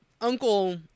uncle